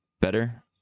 Better